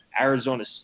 Arizona